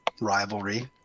rivalry